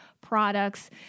products